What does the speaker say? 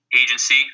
agency